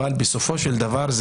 אבל בסופו של דבר,